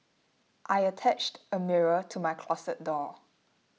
I attached a mirror to my closet door